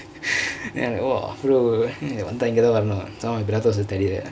then I like !wow! அவ்வலொ வந்தா இங்க தான் வரனு:avvolo vandthaa ingka thaan varanu somemore my brother also study there